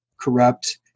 corrupt